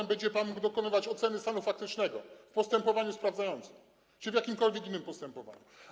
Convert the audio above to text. Wtedy będzie pan mógł dokonywać oceny stanu faktycznego w postępowaniu sprawdzającym czy w jakimkolwiek innym postępowaniu.